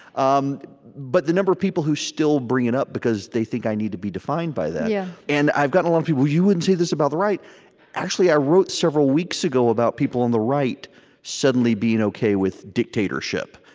um but the number of people who still bring it up because they think i need to be defined by that. yeah and i've gotten a lot people you wouldn't say this about the right actually, i wrote this several weeks ago about people on the right suddenly being ok with dictatorship,